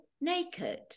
naked